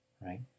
Right